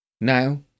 Now